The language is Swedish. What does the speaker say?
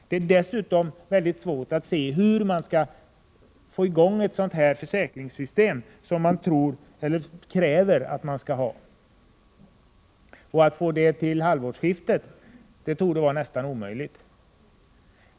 Jag har dessutom väldigt svårt att se hur man skall få i gång ett sådant försäkringssystem som krävs, och att få det till halvårsskiftet torde vara nästan omöjligt.